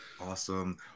Awesome